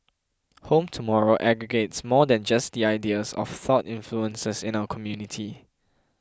Home Tomorrow aggregates more than just the ideas of thought influences in our community